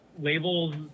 labels